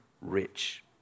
rich